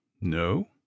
No